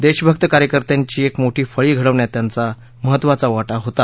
देशभक्त कार्यकर्त्यांची एक मोठी फळी घडवण्यात त्यांचा महत्वाचा वाटा होता